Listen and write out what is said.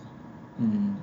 mm